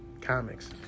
comics